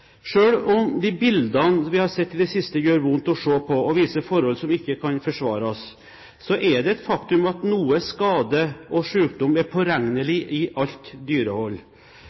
om de bildene vi har sett i det siste, gjør vondt å se på og viser forhold som ikke kan forsvares, er det et faktum at noe skade og sykdom er påregnelig i alt dyrehold.